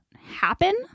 happen